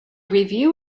review